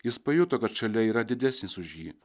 jis pajuto kad šalia yra didesnis už jį